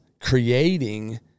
creating